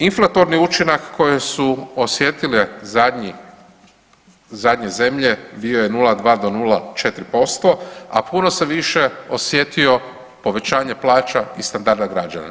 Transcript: Inflatorni učinak koje su osjetile zadnje zemlje bio je 0,2-0,4%, a puno se više osjetio povećanje plaća i standarda građana.